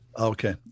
Okay